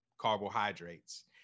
carbohydrates